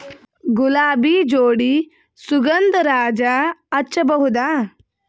ಗುಲಾಬಿ ಜೋಡಿ ಸುಗಂಧರಾಜ ಹಚ್ಬಬಹುದ?